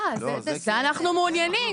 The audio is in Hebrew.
אה, זה אנחנו מעוניינים.